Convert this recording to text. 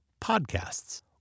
podcasts